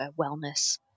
wellness